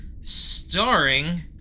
starring